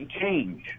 Change